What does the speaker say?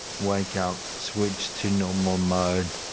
wake up. switch to normal mode.